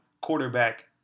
quarterback